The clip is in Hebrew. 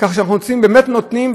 כך שבאמת נותנים,